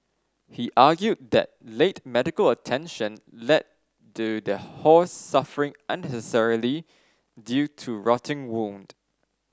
he argued that late medical attention led to the horse suffering unnecessarily due to rotting wound